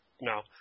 No